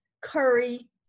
curry